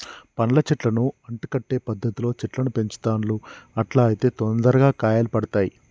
పండ్ల చెట్లను అంటు కట్టే పద్ధతిలో చెట్లను పెంచుతాండ్లు అట్లా అయితే తొందరగా కాయలు పడుతాయ్